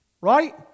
Right